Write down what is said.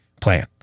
plan